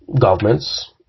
governments